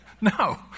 no